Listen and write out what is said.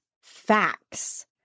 Facts